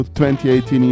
2018